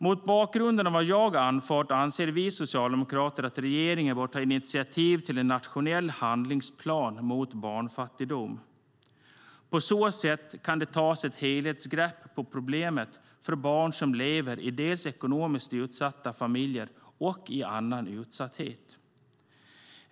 Mot bakgrund av vad jag har anfört anser vi socialdemokrater att regeringen bör ta initiativ till en nationell handlingsplan mot barnfattigdom. På så sätt kan det tas ett helhetsgrepp på problem för barn som lever i ekonomiskt utsatta familjer och i annan utsatthet.